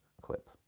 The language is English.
clip